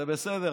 זה בסדר.